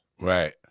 Right